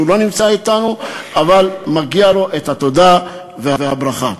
שלא נמצא אתנו אבל מגיעות לו התודה והברכה.